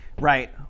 Right